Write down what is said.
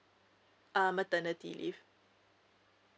uh maternity leave